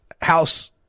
House